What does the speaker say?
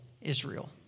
Israel